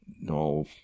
no